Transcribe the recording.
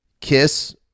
kiss